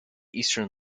eastern